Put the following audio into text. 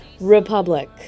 Republic